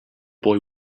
boy